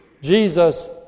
Jesus